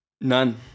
None